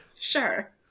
Sure